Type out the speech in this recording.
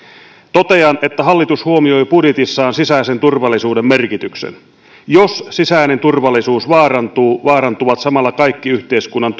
totean että hallitus huomioi budjetissaan sisäisen turvallisuuden merkityksen jos sisäinen turvallisuus vaarantuu vaarantuvat samalla kaikki yhteiskunnan